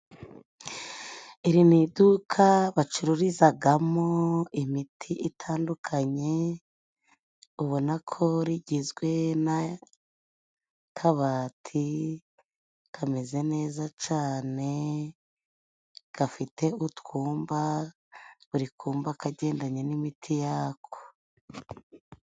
Iri ni iduka bacururizagamo imiti itandukanye ubona ko rigizwe n'akabati kameze neza cane, gafite utwumba buri kumba kagendanye n'imiti yako.